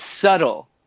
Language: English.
subtle